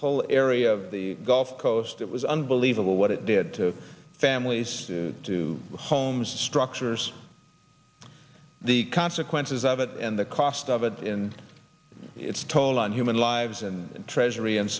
whole area of the gulf coast it was unbelievable what it did to families to the homes structures the consequences of it and the cost of it and its toll on human lives and treasury and